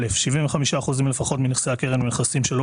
(א) 75 אחוזים לפחות מנכסי הקרן הם נכסים שלא